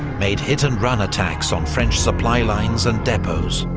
made hit and run attacks on french supply lines and depots,